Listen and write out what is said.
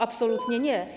Absolutnie nie.